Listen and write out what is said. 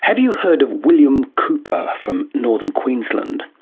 have you heard of william cooper from northern queensland?